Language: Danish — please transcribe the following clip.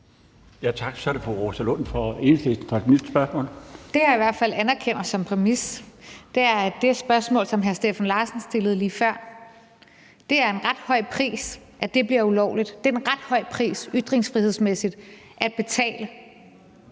Det, jeg i hvert fald anerkender som præmis, er, at det spørgsmål, som hr. Steffen Larsen stillede lige før, er en ret høj pris. At det bliver ulovligt er en ret høj pris at betale ytringsfrihedsmæssigt, synes